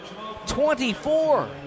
24